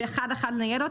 ואחד-אחד לנייד אותם.